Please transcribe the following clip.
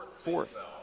Fourth